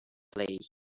clay